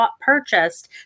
purchased